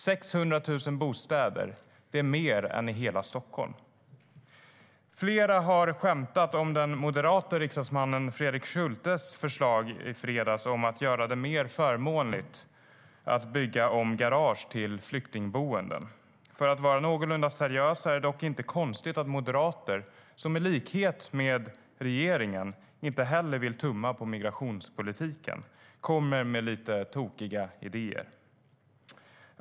600 000 bostäder är mer än hela Stockholm. Flera har skämtat om den moderate riksdagsmannen Fredrik Schultes förslag i fredags om att göra det mer förmånligt att bygga om garage till flyktingboenden. För att vara någorlunda seriös är det dock inte konstigt att moderater, som i likhet med regeringen inte vill tumma på migrationspolitiken, kommer med lite tokiga idéer.